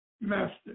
master